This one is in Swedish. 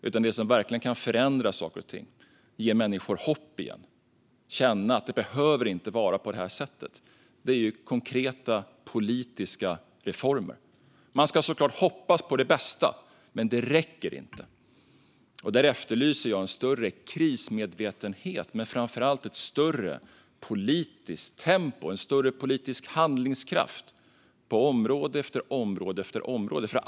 Utan det som verkligen kan förändra saker och ting och ge människor hopp igen - få dem att känna att det inte behöver vara på det här sättet - är konkreta politiska reformer. Man ska såklart hoppas på det bästa, men det räcker inte. Där efterlyser jag en större krismedvetenhet och framför allt ett högre politiskt tempo och en större politisk handlingskraft på område efter område.